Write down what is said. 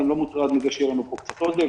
אני לא מוטרד מזה שיהיה לנו קצת עודף,